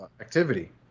activity